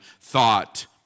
thought